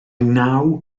naw